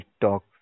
talk